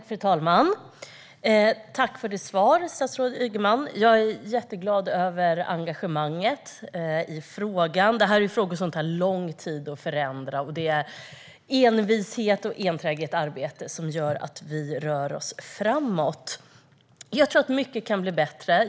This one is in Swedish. Fru talman! Tack för ditt svar, statsrådet Ygeman! Jag är jätteglad över engagemanget i frågan. Detta är frågor där det tar lång tid att förändra, och det är envishet och enträget arbete som gör att vi rör oss framåt. Jag tror att mycket kan bli bättre.